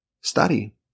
study